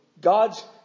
God's